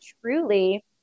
truly